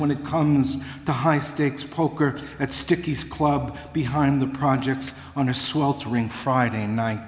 when it comes to high stakes poker at stickies club behind the projects on a sweltering friday night